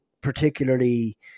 particularly